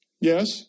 Yes